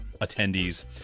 attendees